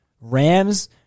Rams